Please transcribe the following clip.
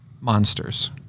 monsters